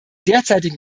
derzeitigen